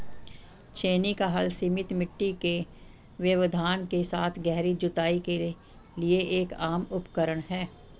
छेनी का हल सीमित मिट्टी के व्यवधान के साथ गहरी जुताई के लिए एक आम उपकरण है